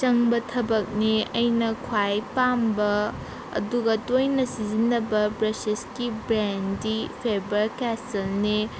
ꯆꯪꯕ ꯊꯕꯛꯅꯦ ꯑꯩꯅ ꯈ꯭ꯋꯥꯏ ꯄꯥꯝꯕ ꯑꯗꯨꯒ ꯇꯣꯏꯅ ꯁꯤꯖꯤꯟꯅꯕ ꯕ꯭ꯔꯁꯦꯁꯀꯤ ꯕ꯭ꯔꯦꯟꯗꯤ ꯐꯦꯕꯔ ꯀꯦꯁꯜꯅꯦ